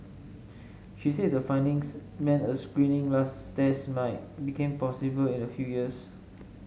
she said the findings meant a screening test might became possible in a few years